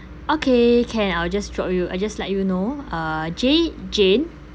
okay can I'll just drop you I just let you know uh J jane